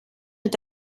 mit